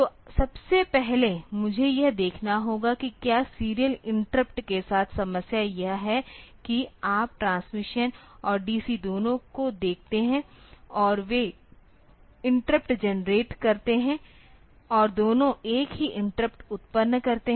तो सबसे पहले मुझे यह देखना होगा कि क्या सीरियल इंटरप्ट के साथ समस्या यह है कि आप ट्रांसमिशन और DC दोनों को देखते हैं और वे इंटरप्ट जेनेरेट करते हैं और दोनों एक ही इंटरप्ट उत्पन्न करते हैं